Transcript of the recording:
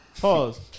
Pause